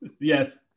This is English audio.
Yes